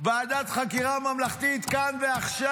ועדת חקירה ממלכתית כאן ועכשיו,